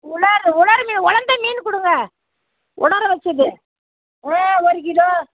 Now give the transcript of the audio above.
உலர் உலர் மீன் உலந்த மீன் கொடுங்க உலர வைச்சது ஆ ஒரு கிலோ